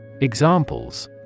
Examples